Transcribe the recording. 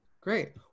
Great